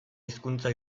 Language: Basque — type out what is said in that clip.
hizkuntza